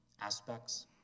aspects